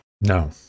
No